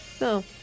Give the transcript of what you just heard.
no